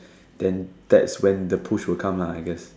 then that's when the push will come I guess